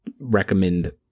recommend